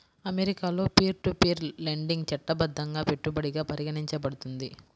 అమెరికాలో peer to peer lending చట్టబద్ధంగా పెట్టుబడిగా పరిగణించబడుతుంది